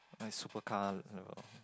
nice super car